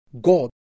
God